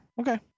Okay